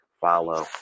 follow